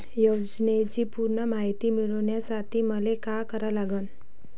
योजनेची पूर्ण मायती मिळवासाठी मले का करावं लागन?